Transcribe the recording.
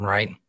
Right